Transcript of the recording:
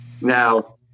Now